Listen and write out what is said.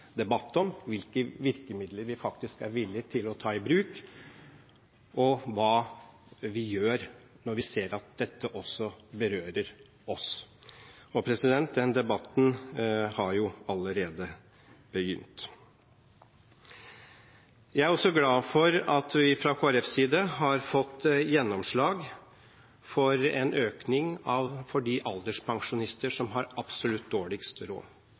debatt om – hvilke virkemidler vi er villige til å ta i bruk, og hva vi gjør når vi ser at dette også berører oss. Den debatten har jo allerede begynt. Jeg er også glad for at vi fra Kristelig Folkepartis side har fått gjennomslag for en økning for de alderspensjonistene som har absolutt dårligst råd.